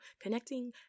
Connecting